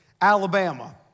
Alabama